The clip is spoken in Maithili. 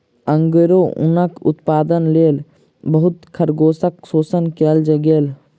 अंगोरा ऊनक उत्पादनक लेल बहुत खरगोशक शोषण कएल गेल